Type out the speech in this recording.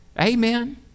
Amen